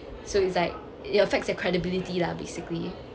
so it's like it affects your credibility lah basically